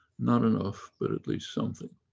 not enough, but at least something.